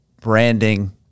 branding